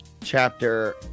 chapter